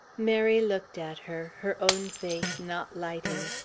mary looked at her, her own face not lighting.